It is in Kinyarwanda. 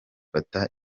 fata